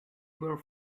were